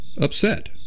upset